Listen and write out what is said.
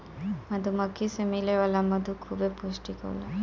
मधुमक्खी से मिले वाला मधु खूबे पौष्टिक होला